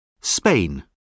Spain